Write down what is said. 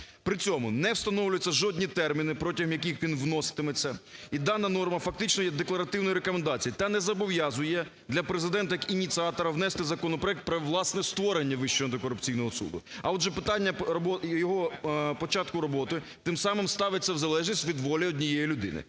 При цьому не встановлюються жодні терміни, протягом яких він вноситиметься, і дана норма фактично є декларативною рекомендацією, та не зобов'язує для Президента як ініціатора внести законопроект про власне створення Вищого антикорупційного суду. А, отже, питання його початку роботи тим самим ставиться в залежність від волі однієї людини.